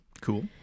Cool